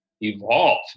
evolve